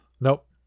nope